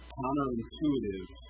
counterintuitive